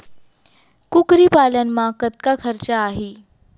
कुकरी पालन म कतका खरचा आही?